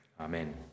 Amen